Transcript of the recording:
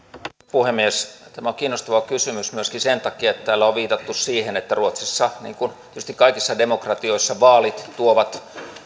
puhemies tämä on kiinnostava kysymys myöskin sen takia että täällä on viitattu siihen että ruotsissa niin kuin tietysti kaikissa demokratioissa vaalit tuovat